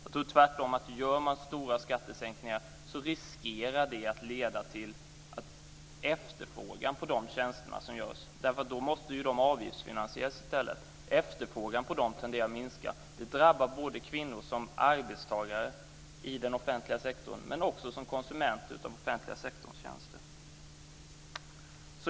Jag tror tvärtom att om man gör stora skattesänkningar riskerar det att leda till att efterfrågan på de tjänsterna tenderar att minska. Då måste ju de avgiftsfinansieras i stället. Det drabbar kvinnor både som arbetstagare i den offentliga sektorn och som konsumenter av den offentliga sektorns tjänster.